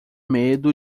medo